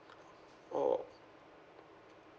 oh